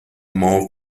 more